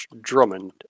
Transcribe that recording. Drummond